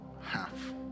half